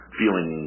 feeling